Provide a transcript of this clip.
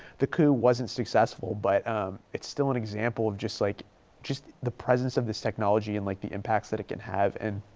the coup wasn't successful, but it's still an example of just like just the presence of this technology and like the impacts that it can have and